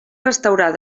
restaurar